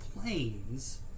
planes